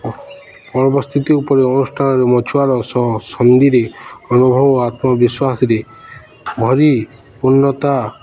ପର୍ବ ସ୍ଥିତି ଉପରେ ଅନୁଷ୍ଠାନରେ ମଛୁଆାର ସନ୍ଧିରେ ଅନୁଭବ ଓ ଆତ୍ମବିଶ୍ୱାସରେ ଭରି ପୂର୍ଣ୍ଣତା